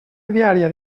diària